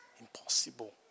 impossible